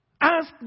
Ask